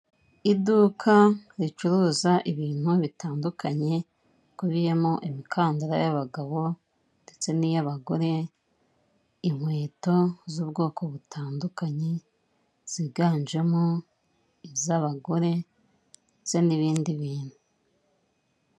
Iduka ricuruza ibintu bitandukanye bikubiyemo imikandara y'abagabo ndetse n'iy'abagore, inkweto z'ubwoko butandukanye ziganjemo iz'abagore ndetse n'ibindi bintu.